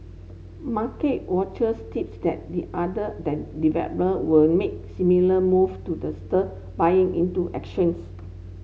market watchers tips that the other developer were make similar move to the stir buying into actions